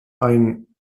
ein